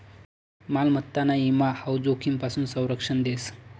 मालमत्ताना ईमा हाऊ जोखीमपासून संरक्षण देस